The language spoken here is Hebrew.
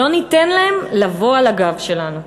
לא ניתן להם לבוא על הגב שלנו".